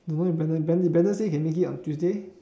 don't know if Brandon Bran~ did Brandon say he can make it on Tuesday